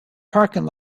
parking